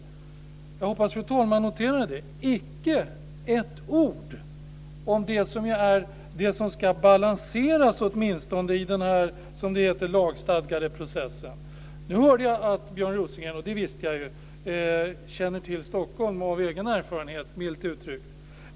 Jag hoppas att fru talman noterar det: Icke ett ord om det som ska balanseras åtminstone i den som det heter lagstadgade processen. Nu hörde jag att Björn Rosengren - och det visste jag ju - känner till Stockholm av egen erfarenhet, milt uttryckt.